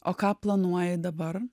o ką planuoji dabar